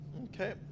Okay